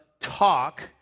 talk